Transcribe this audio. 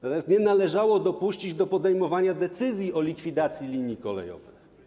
Natomiast nie należało dopuścić do podejmowania decyzji o likwidacji linii kolejowej.